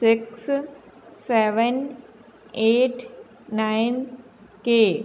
six seven eight nine K